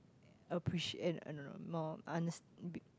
appreciate eh no no no more under~